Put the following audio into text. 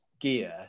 gear